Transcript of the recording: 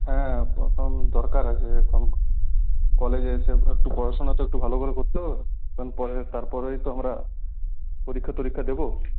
হ্যাঁ প্রথম দরকার আছে এখন কলেজে এসে একটু পড়াশুনা তো একটু ভালো করে করতে হবে কারণ পরে তারপরেই তো আমরা পরীক্ষা টরীক্ষা দেবো